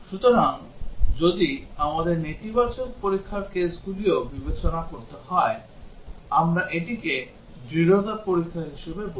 সুতরাং যদি আমাদের নেতিবাচক পরীক্ষার কেসগুলিও বিবেচনা করতে হয় আমরা এটিকে দৃঢ়তা পরীক্ষা হিসাবে বলি